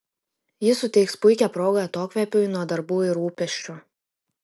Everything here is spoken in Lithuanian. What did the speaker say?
ji suteiks puikią progą atokvėpiui nuo darbų ir rūpesčių